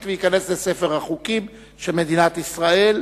בעד, 16, אין מתנגדים ואין נמנעים.